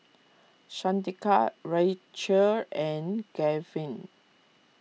Shaneka Rachael and Gaven